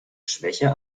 schwäche